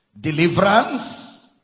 Deliverance